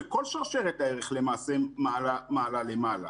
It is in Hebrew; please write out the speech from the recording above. כשלמעשה על שרשרת הערך מעלה למעלה.